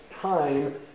time